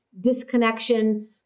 disconnection